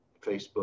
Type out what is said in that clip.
Facebook